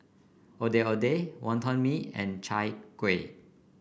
Ondeh Ondeh Wonton Mee and Chai Kuih